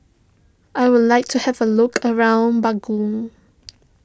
I would like to have a look around Bangui